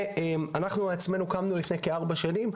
אנחנו קמנו לפני כארבע שנים,